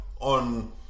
on